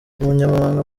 umunyamabanga